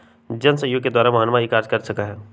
जनसहयोग के द्वारा मोहनवा ई कार्य कर सका हई